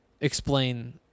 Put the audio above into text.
explain